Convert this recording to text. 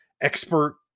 expert